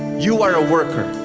you are a worker.